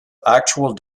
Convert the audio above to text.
actual